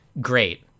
great